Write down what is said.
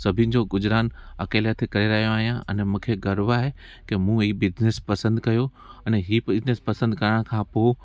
सभिनि जो गुजरान अकेले करे रहियो आहियां अने मूंखे गर्व आहे के मूं बिज़नस पसंदि कयो अने हीअ बिज़नस पसंदि करण खां पोइ